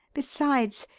besides,